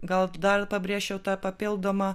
gal dar pabrėžčiau tą papildomą